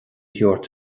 thabhairt